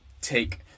take